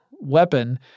weapon